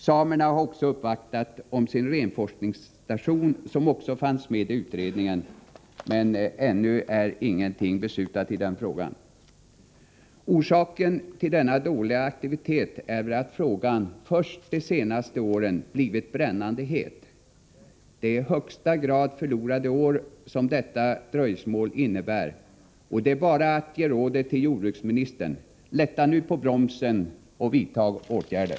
Samerna har också uppvaktat om sin renforskningsstation, en fråga som också behandlades i utredningen. Ännu är dock inget beslut fattat. Orsaken till denna låga aktivitet är väl att frågan om de fjällnära skogarna först de senaste åren blivit brännande het. Det är i högsta grad förlorade år som detta dröjsmål inneburit. Jag har bara att ge följande råd till jordbruksministern: Lätta nu på bromsen, och vidtag åtgärder!